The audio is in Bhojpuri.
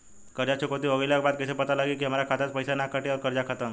कर्जा चुकौती हो गइला के बाद कइसे पता लागी की अब हमरा खाता से पईसा ना कटी और कर्जा खत्म?